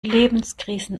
lebenskrisen